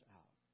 out